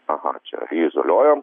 aha čia jį izoliuojam